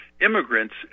immigrants